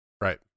right